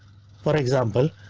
for example,